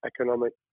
economic